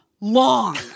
long